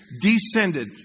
descended